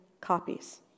copies